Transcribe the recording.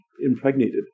impregnated